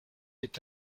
est